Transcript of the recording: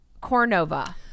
Cornova